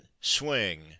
swing